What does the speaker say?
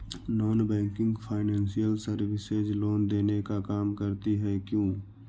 Non banking financial services loan देने का काम करती है क्यू?